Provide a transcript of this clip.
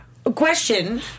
question